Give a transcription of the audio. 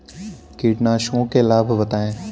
कीटनाशकों के लाभ बताएँ?